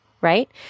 right